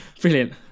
Brilliant